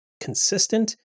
consistent